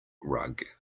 rug